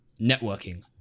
networking